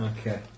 Okay